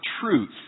truth